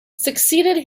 succeeded